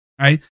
right